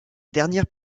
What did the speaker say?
dernière